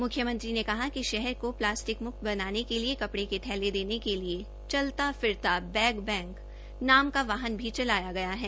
मुख्यमंत्री ने कहा कि शहर को प्लास्टिक मुक्त बनाने के लिए कपड़े के थैले देने के लिए चलता फिरता बैग बैंक नाम का वाहन भी चलाया गया है